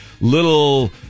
little